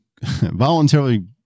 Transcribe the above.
voluntarily